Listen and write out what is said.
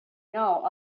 know